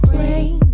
rain